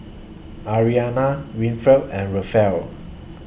Arianna Winfred and Rafael